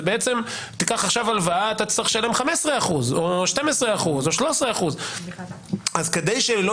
אתה תיקח עכשיו הלוואה ותצטרך לשלם 15% או 12% או 13%. אז כדי שלא